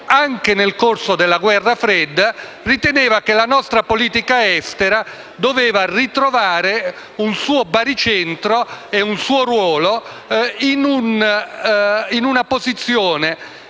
anche nel corso della guerra fredda riteneva che la nostra politica estera avrebbe dovuto trovare un suo baricentro e un suo ruolo in una posizione